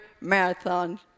marathon